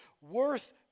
worth